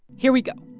here we go.